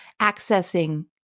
accessing